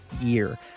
year